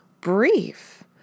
brief